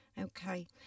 Okay